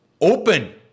open